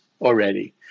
already